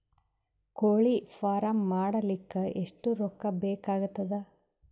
ಕೋಳಿ ಫಾರ್ಮ್ ಮಾಡಲಿಕ್ಕ ಎಷ್ಟು ರೊಕ್ಕಾ ಬೇಕಾಗತದ?